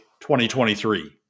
2023